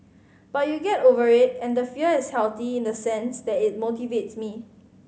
but you get over it and the fear is healthy in the sense that it motivates me